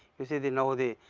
you see the, now the,